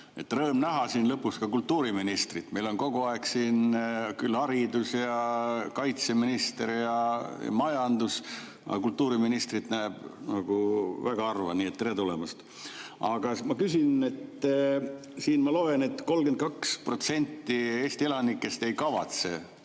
Rõõm näha siin lõpuks ka kultuuriministrit. Meil on kogu aeg siin küll haridusminister, kaitseminister ja majandusminister, aga kultuuriministrit näeb väga harva, nii et tere tulemast. Aga ma loen, et 32% Eesti elanikest ei kavatse